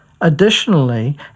Additionally